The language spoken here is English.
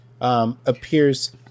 appears